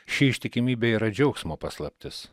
ši ištikimybė yra džiaugsmo paslaptis